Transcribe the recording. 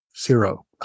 Zero